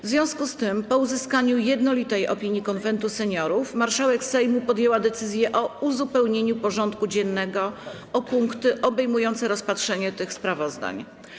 W związku z tym, po uzyskaniu jednolitej opinii Konwentu Seniorów, marszałek Sejmu podjęła decyzję o uzupełnieniu porządku dziennego o punkty obejmujące rozpatrzenie tych sprawozdań.